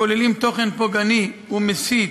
הכוללים תוכן פוגעני ומסית